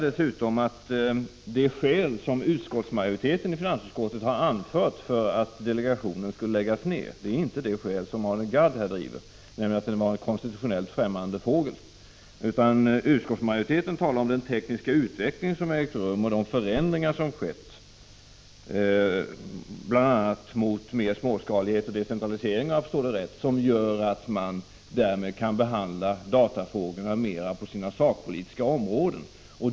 De skäl som majoriteten i finansutskottet har anfört för att delegationen skall läggas ned är inte desamma som Arne Gadd ger, att den var en konstitutionellt främmande fågel. Utskottsmajoriteten talar om den tekniska utveckling som har ägt rum och de förändringar som har skett bl.a. mot mer småskalighet och decentralisering, som gör att man kan behandla datafrågorna inom de olika sakområdena.